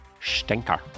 stinker